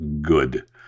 good